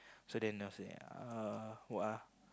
so then after that uh who ah